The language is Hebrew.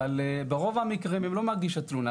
אבל ברוב המקרים הן לא ניגשות להגיש תלונה,